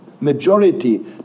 majority